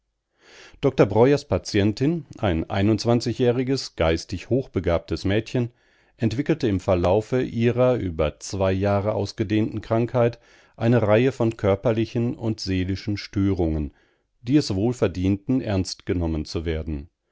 dr breuers patientin ein jähriges geistig hochbegabtes mädchen entwickelte im verlaufe ihrer über zwei jahre ausgedehnten krankheit eine reihe von körperlichen und seelischen störungen die es wohl verdienten ernst genommen zu werden